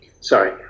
sorry